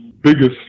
biggest